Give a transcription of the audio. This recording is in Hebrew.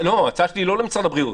ההצעה שלי היא לא למשרד הבריאות.